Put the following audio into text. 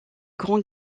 grands